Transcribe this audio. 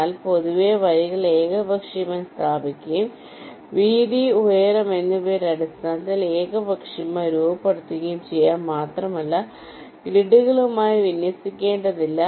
എന്നാൽ പൊതുവേ വരികൾ ഏകപക്ഷീയമായി സ്ഥാപിക്കുകയും വീതി ഉയരം എന്നിവയുടെ അടിസ്ഥാനത്തിൽ ഏകപക്ഷീയമായി രൂപപ്പെടുത്തുകയും ചെയ്യാം മാത്രമല്ല ഗ്രിഡുകളുമായി വിന്യസിക്കേണ്ടതില്ല